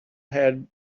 had